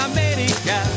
America